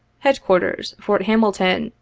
headquarters, fort hamilton,